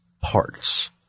parts